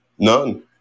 None